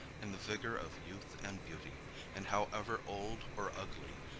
in the vigor of youth and beauty and however old, or ugly,